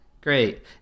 great